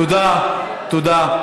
תודה, תודה.